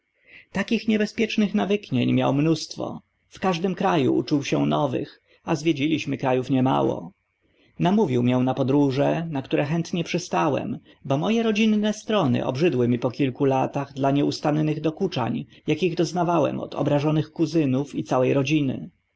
takich niebezpiecznych nawyknień miał mnóstwo w każdym kra u uczył się nowych a zwiedziliśmy kra ów niemało namówił mię na podróże na które chętnie przystałem bo mo e rodzinne strony obrzydły mi po kilku latach dla nieustannych dokuczań akich doznawałem od obrażonych kuzynów i całe rodziny